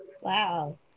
Wow